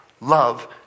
love